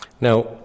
Now